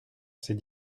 ces